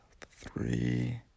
three